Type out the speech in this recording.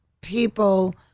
people